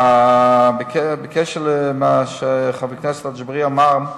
בקשר למה שחבר הכנסת אגבאריה אמר,